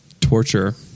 torture